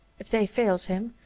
if they failed him,